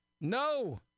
No